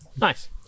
Nice